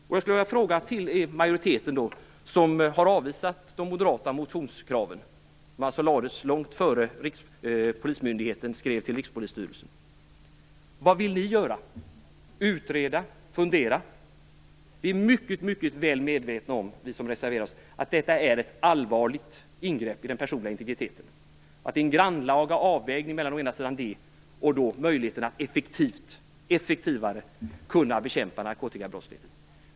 Jag skulle vilja fråga majoriteten, som har avvisat de moderata motionskraven, som alltså lades fram långt innan polismyndigheten skrev till Rikspolisstyrelsen: Vad vill ni göra - utreda, fundera? Vi som har reserverat oss är mycket väl medvetna om att detta är ett allvarligt ingrepp i den personliga integriteten och att det är en grannlaga avvägning mellan å ena sidan det och möjligheten att effektivare kunna bekämpa narkotikabrottsligheten.